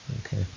Okay